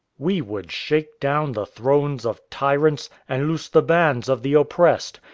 we would shake down the thrones of tyrants, and loose the bands of the oppressed.